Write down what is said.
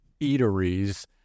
eateries